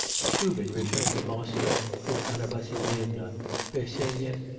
shubin returned to moscow with anna vassilyevna bersenyev,